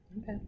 Okay